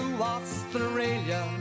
Australia